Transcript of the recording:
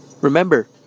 Remember